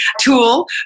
tool